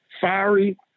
Fiery